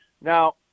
Now